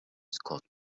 scott